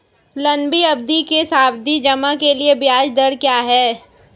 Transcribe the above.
लंबी अवधि के सावधि जमा के लिए ब्याज दर क्या है?